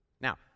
Now